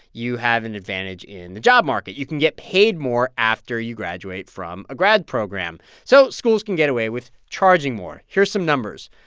you have an advantage in the job market. you can get paid more after you graduate from a grad program, so schools can get away with charging more. here are some numbers.